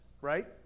right